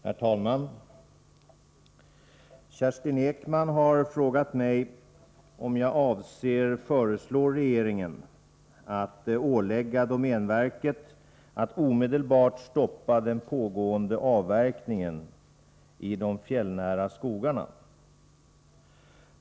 Herr talman! Kerstin Ekman har frågat mig om jag avser föreslå regeringen att ålägga domänverket att omedelbart stoppa den pågående avverkningen i de fjällnära skogarna.